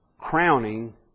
crowning